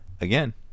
Again